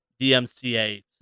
DMCA